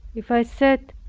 if i said,